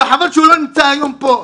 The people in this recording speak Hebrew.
וחבל שהוא לא נמצא היום פה.